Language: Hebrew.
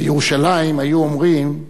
בירושלים היו אומרים: